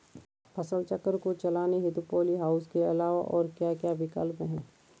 फसल चक्र को चलाने हेतु पॉली हाउस के अलावा और क्या क्या विकल्प हैं?